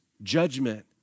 Judgment